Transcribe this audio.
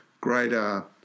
greater